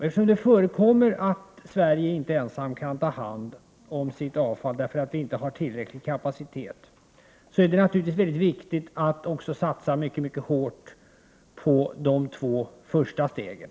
Eftersom vi i Sverige inte själva kan ta hand om vårt avfall, därför att vi inte har tillräcklig kapacitet, är det naturligtvis viktigt att satsa mycket hårt på de två första stegen.